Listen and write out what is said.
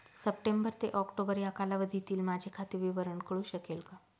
September ते October या कालावधीतील माझे खाते विवरण कळू शकेल का?